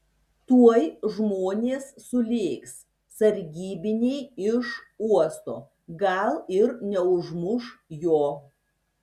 tuoj žmonės sulėks sargybiniai iš uosto gal ir neužmuš jo